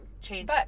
change